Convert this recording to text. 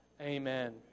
Amen